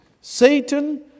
Satan